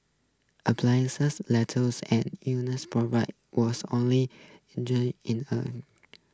letters and illness program was only injury in her